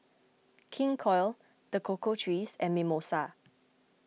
King Koil the Cocoa Trees and Mimosa